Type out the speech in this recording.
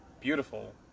beautiful